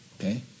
Okay